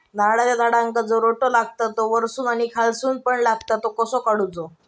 नारळाच्या झाडांका जो रोटो लागता तो वर्सून आणि खालसून पण लागता तो कसो काडूचो?